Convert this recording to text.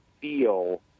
feel